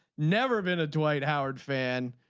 never been a dwight howard fan